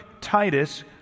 Titus